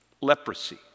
leprosy